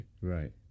Right